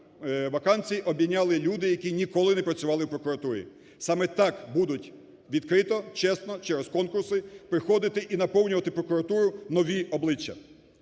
вакансій обійняли люди, які ніколи не працювали в прокуратурі. Саме так будуть відкрито, чесно, через конкурси приходити і наповнювати прокуратуру нові обличчя.